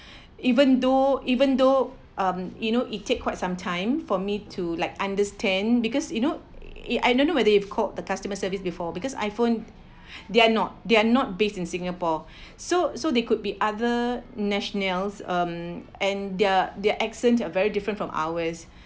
even though even though um you know it take quite some time for me to like understand because you know it I don't know whether you've called the customer service before because iPhone they're not they're not based in singapore so so there could be other nationals um and their their accent are very different from ours